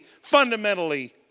fundamentally